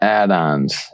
add-ons